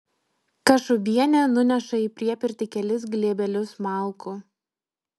kašubienė nuneša į priepirtį kelis glėbelius malkų